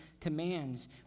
commands